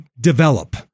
develop